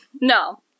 No